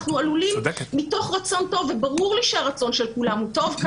אנחנו עלולים מתוך רצון טוב וברור לי שהרצון של כולם כאן הוא טוב,